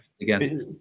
again